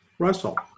Russell